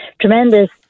tremendous